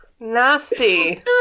nasty